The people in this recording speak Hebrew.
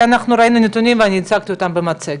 כי אנחנו ראינו את הנתונים ואני הצגתי אותם במצגת.